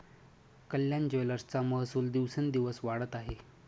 कल्याण ज्वेलर्सचा महसूल दिवसोंदिवस वाढत आहे